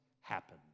happen